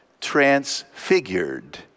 transfigured